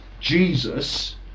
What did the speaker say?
Jesus